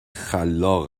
خلاق